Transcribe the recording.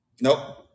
Nope